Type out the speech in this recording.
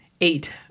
eight